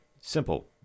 simple